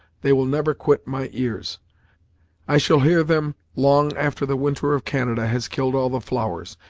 they will never quit my ears i shall hear them long after the winter of canada has killed all the flowers,